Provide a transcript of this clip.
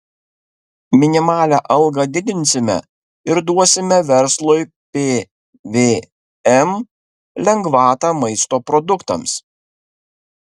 minimalią algą didinsime ir duosime verslui pvm lengvatą maisto produktams